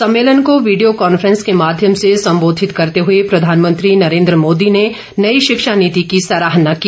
सम्मेलन को video conference के माध्यम से संबोधित करते हुए प्रधानमंत्री नरेन्द्र मोदी ने नई शिक्षा नीति की सराहना की